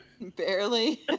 Barely